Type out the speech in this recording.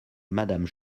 madame